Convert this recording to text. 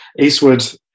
Eastwood